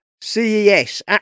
CES